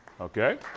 Okay